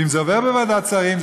ואם זה עובר בוועדת השרים,